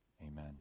amen